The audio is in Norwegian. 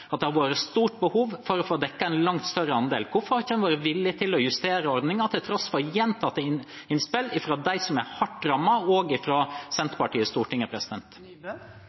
at det har vært et stort behov for å få dekket en langt større andel. Hvorfor har en ikke vært villig til å justere ordningen, til tross for gjentatte innspill fra både dem som er hardt rammet, og fra Senterpartiet i Stortinget?